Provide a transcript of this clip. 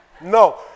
no